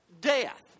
death